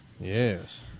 Yes